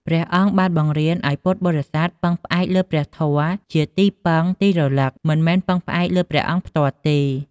ព្រះអង្គបានបង្រៀនឱ្យពុទ្ធបរិស័ទពឹងផ្អែកលើព្រះធម៌ជាទីពឹងទីរលឹក មិនមែនពឹងផ្អែកលើព្រះអង្គផ្ទាល់ទេ។